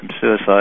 suicide